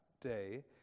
day